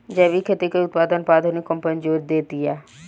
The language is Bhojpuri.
जैविक खेती के उत्पादन पर आधुनिक कंपनी जोर देतिया